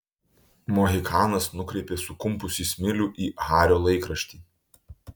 mohikanas nukreipė sukumpusį smilių į hario laikraštį